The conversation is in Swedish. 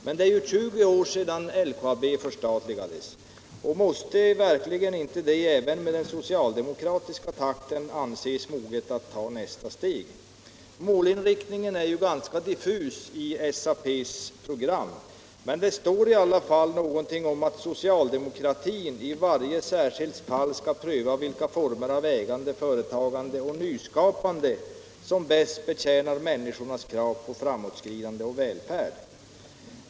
Men det är 20 år sedan LKAB förstatligades. Måste det inte — även med den socialdemokratiska takten — anses vara på tiden att ta nästa steg? Målinriktningen är ju ganska diffus i SAP:s program men det står i alla fall någonting där om att socialdemokratin skall ”i varje särskilt fall pröva vilka former av ägande, företagande och nyskapande som bäst betjänar människornas krav på framåtskridande och välfärd.